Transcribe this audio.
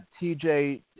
TJ